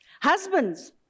Husbands